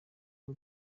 abo